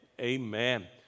Amen